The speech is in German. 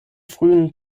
frühen